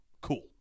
cool